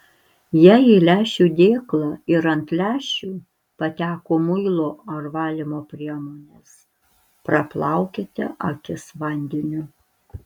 jei į lęšių dėklą ir ant lęšių pateko muilo ar valymo priemonės praplaukite akis vandeniu